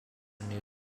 new